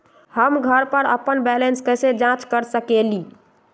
हम घर पर अपन बैलेंस कैसे जाँच कर सकेली?